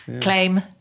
claim